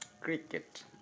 Cricket